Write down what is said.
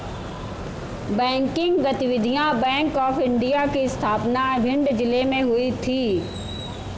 banking गतिविधियां bank of India की स्थापना भिंड जिले में हुई थी